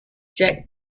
jack